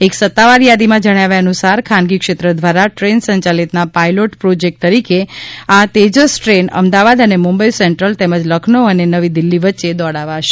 એક સત્તાવાર યાદીમાં જણાવાયા અનુસાર ખાનગી ક્ષેત્ર દ્વારા ટ્રેન સંચાલિતના પાઇલોટ પ્રોજેક્ટ તરીકે આ તેજસ ટ્રેન અમદાવાદ અને મુંબઈ સેન્ટ્રલ તેમજ લખનો અને નવી દિલ્હી વચ્ચે દોડાવાશે